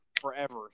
Forever